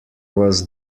was